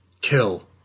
Kill